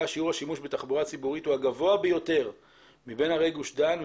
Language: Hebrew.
שיעור השימוש בתחבורה ציבורית הוא הגבוה ביותר מבין ערי גוש דן,